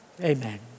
Amen